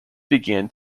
began